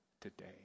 today